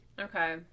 Okay